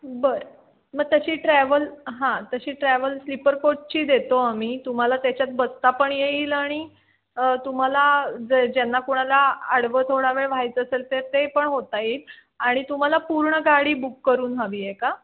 बरं मग तशी ट्रॅव्हल हां तशी ट्रॅव्हल स्लिपर कोचची देतो आम्ही तुम्हाला त्याच्यात बसता पण येईल आणि तुम्हाला ज ज्यांना कोणाला आडवं थोडा वेळ व्हायचं असेल तर ते पण होता येईल आणि तुम्हाला पूर्ण गाडी बुक करून हवी आहे का